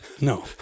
No